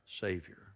Savior